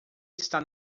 está